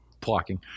plucking